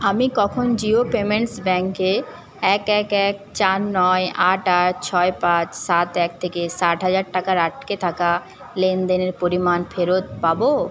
আমি কখন জিও পেমেন্টস ব্যাঙ্কে এক এক এক চার নয় আট আট ছয় পাঁচ সাত এক থেকে ষাট হাজার টাকার আটকে থাকা লেনদেনের পরিমাণ ফেরত পাব